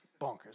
bonkers